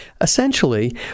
Essentially